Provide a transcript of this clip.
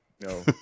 No